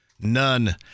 None